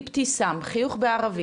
נעים מאוד,